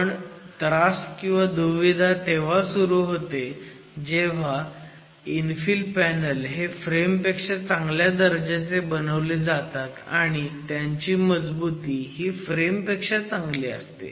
पण दुविधा तेव्हा सुरू होते जेव्हा इन्फिल पॅनल हे फ्रेम पेक्षा चांगल्या दर्जाने बनवले जातात आणि त्यांची मजबुती ही फ्रेम पेक्षा चांगली असते